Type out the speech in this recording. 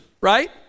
right